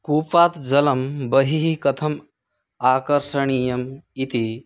कूपात् जलं बहिः कथम् आकर्षणीयम् इति